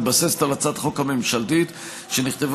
המתבססת על הצעת החוק הממשלתית שנכתבה